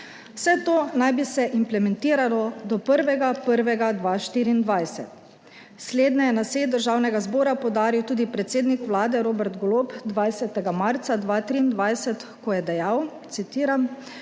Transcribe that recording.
Vse to naj bi se implementiralo do 1. 1. 2024. Slednje je na seji Državnega zbora poudaril tudi predsednik Vlade Robert Golob, 20. marca 2023, ko je dejal, citiram: